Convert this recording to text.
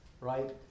right